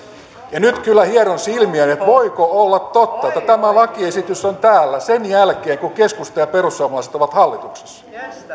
ja nyt kyllä hieron silmiäni että voiko olla totta että tämä lakiesitys on täällä sen jälkeen kun keskusta ja perussuomalaiset ovat hallituksessa